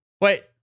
Wait